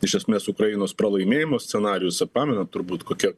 iš esmės ukrainos pralaimėjimo scenarijus pamenat turbūt kokia